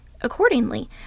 Accordingly